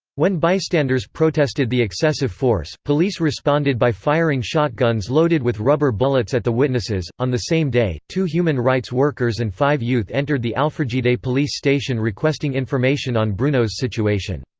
when bystanders protested the excessive force, police responded by firing shotguns loaded with rubber bullets at the witnesses on the same day, two human rights workers and five youth entered the alfragide police station requesting information on bruno's situation.